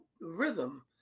rhythm